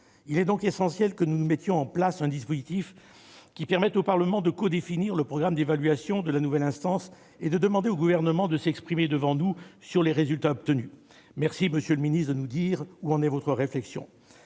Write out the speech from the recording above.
il est essentiel que nous mettions en place un dispositif permettant au Parlement de co-définir le programme d'évaluation de la nouvelle instance et de demander au Gouvernement de s'exprimer devant nous sur les résultats obtenus. Je vous remercie, monsieur le ministre, de nous dire où en est votre réflexion